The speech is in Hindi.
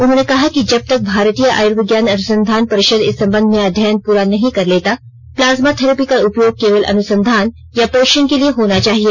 उन्होंने कहा कि जब तक भारतीय आयूर्विज्ञान अनुसंधान परिषद इस संबंध में अध्ययन पूरा नहीं कर लेता प्लाज्मा थेरैपी का उपयोग केवल अनुसंधान या परीक्षण के लिए होना चाहिए